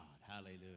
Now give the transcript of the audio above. hallelujah